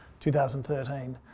2013